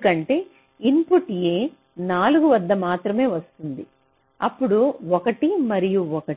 ఎందుకంటే input a 4 వద్ద మాత్రమే వస్తుంది అప్పుడు 1 మరియు 1